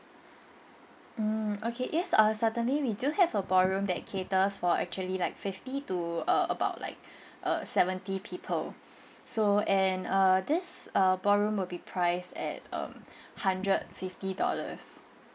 mm okay yes uh certainly we do have a ballroom that caters for actually like fifty to err about like err seventy people so and uh this uh ballroom will be priced at um hundred fifty dollars